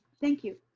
thank you.